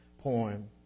poem